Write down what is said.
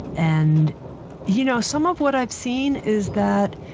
and you know, some of what i've seen is that